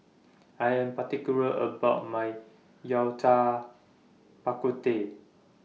I Am particular about My Yao Cai Bak Kut Teh